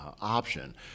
option